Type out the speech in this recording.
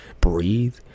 breathe